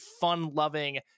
fun-loving